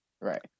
Right